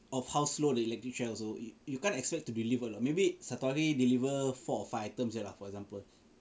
of how slow the electric chair also you you can't expect to deliver lah maybe satu hari deliver four or five items lah for example